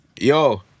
Yo